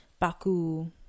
baku